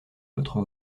votre